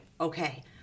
Okay